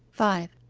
five.